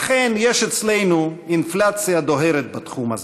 אכן, יש אצלנו אינפלציה דוהרת בתחום זה: